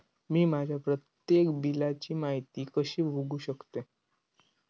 मी माझ्या प्रत्येक बिलची माहिती कशी बघू शकतय?